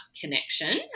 connection